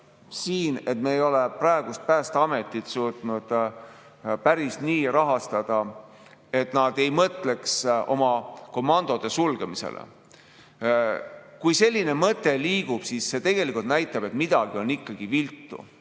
see, et me ei ole Päästeametit suutnud päris nii rahastada, et nad ei mõtleks oma komandode sulgemisele. Kui selline mõte liigub, siis see tegelikult näitab, et midagi on viltu.